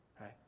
right